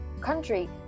country